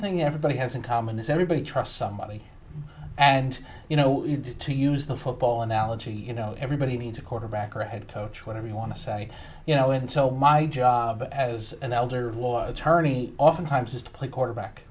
thing everybody has in common is everybody trusts somebody and you know to use the football analogy you know everybody needs a quarterback or a head coach whatever you want to say you know and so my job as an elder law attorney oftentimes is to play quarterback